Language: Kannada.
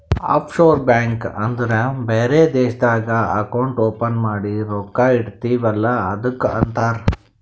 ಆಫ್ ಶೋರ್ ಬ್ಯಾಂಕ್ ಅಂದುರ್ ಬೇರೆ ದೇಶ್ನಾಗ್ ಅಕೌಂಟ್ ಓಪನ್ ಮಾಡಿ ರೊಕ್ಕಾ ಇಡ್ತಿವ್ ಅಲ್ಲ ಅದ್ದುಕ್ ಅಂತಾರ್